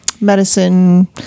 medicine